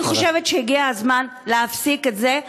אני חושבת שהגיע הזמן להפסיק את זה,